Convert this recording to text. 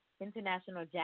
international